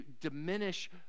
diminish